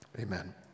Amen